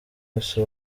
wese